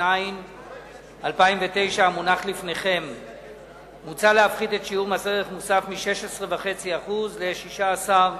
התש"ע 2009. יושב-ראש ועדת הכספים יעלה ויבוא ויודיע את ההודעה.